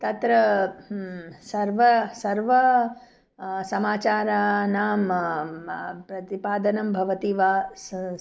तत्र सर्वं सर्वं समाचारानां प्रतिपादनं भवति वा स्